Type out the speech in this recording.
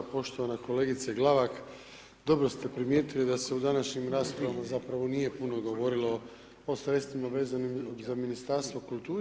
Poštovana kolegice Glavak, dobro ste primijetili da se u današnjim raspravama zapravo nije puno govorilo o sredstvima vezanim za Ministarstvo kulture.